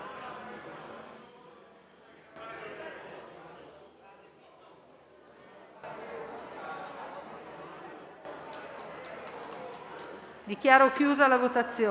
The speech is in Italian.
Dichiaro chiusa la votazione